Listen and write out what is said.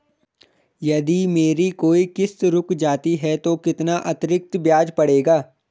यदि मेरी कोई किश्त रुक जाती है तो कितना अतरिक्त ब्याज पड़ेगा?